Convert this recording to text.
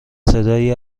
صدایی